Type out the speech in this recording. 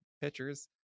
pitchers